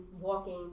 walking